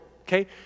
okay